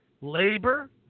Labor